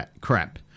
crap